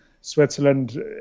Switzerland